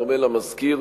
בדומה למזכיר,